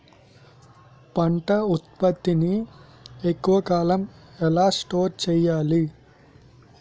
పంట ఉత్పత్తి ని ఎక్కువ కాలం ఎలా స్టోర్ చేయాలి?